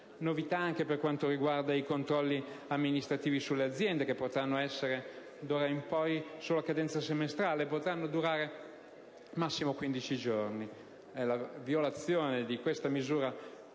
Novità si registrano anche per i controlli amministrativi sulle aziende, che potranno essere, da ora in poi, solo a cadenza semestrale e potranno durare al massimo 15 giorni: la violazione di tale misura